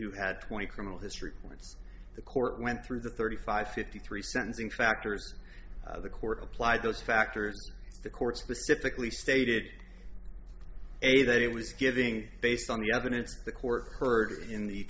who had twenty criminal history once the court went through the thirty five fifty three sentencing factors the court applied those factors the court specifically stated a that it was giving based on the evidence the court heard in the